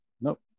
Nope